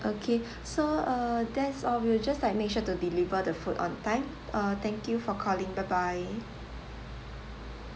okay so uh that's all we will just like make sure to deliver the food on time uh thank you for calling bye bye